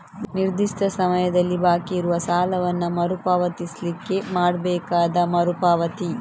ನಿರ್ದಿಷ್ಟ ಸಮಯದಲ್ಲಿ ಬಾಕಿ ಇರುವ ಸಾಲವನ್ನ ಮರು ಪಾವತಿಸ್ಲಿಕ್ಕೆ ಮಾಡ್ಬೇಕಾದ ಮರು ಪಾವತಿ